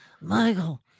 Michael